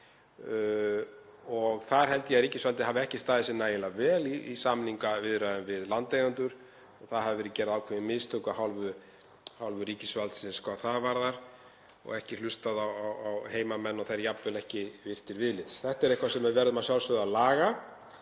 lag. Þar held ég að ríkisvaldið hafi ekki staðið sig nægilega vel í samningaviðræðum við landeigendur og það hafi verið gerð ákveðin mistök af hálfu ríkisvaldsins hvað það varðar og ekki hlustað á heimamenn og þeir jafnvel ekki virtir viðlits. Þetta er eitthvað sem við verðum að sjálfsögðu að laga.